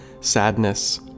sadness